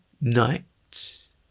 nights